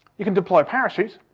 you can deploy a parachute.